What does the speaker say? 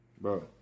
Bro